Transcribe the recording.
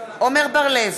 עמר בר-לב,